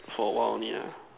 for a while only lah